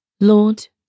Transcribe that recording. Lord